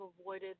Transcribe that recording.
avoided